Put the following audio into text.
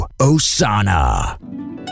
Osana